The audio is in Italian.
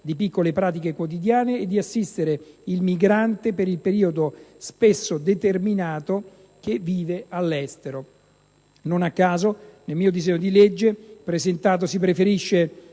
di piccole pratiche quotidiane e di assistere il migrante per il periodo, spesso determinato, che vive all'estero. Non a caso, nel disegno di legge che ho presentato si preferisce